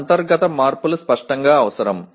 ఈ అంతర్గత మార్పులు స్పష్టంగా అవసరం